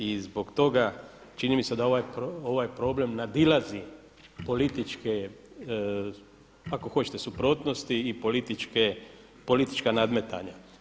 I zbog toga čini mi se da ovaj problem nadilazi političke ako hoćete suprotnosti i politička nadmetanja.